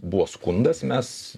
buvo skundas mes